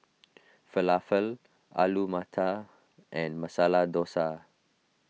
Falafel Alu Matar and Masala Dosa